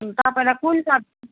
तपाईँलाई कुन सब्जी